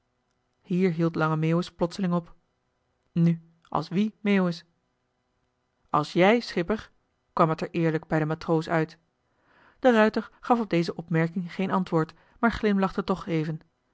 hier hield lange meeuwis plotseling op nu als wie meeuwis als joe schipper kwam het er eerlijk bij den matroos uit de ruijter gaf op deze opmerking geen antwoord maar glimlachte toch even